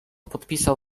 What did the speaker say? podpisał